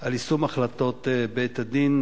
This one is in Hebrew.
על יישום החלטות בית-הדין),